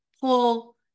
pull